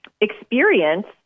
experience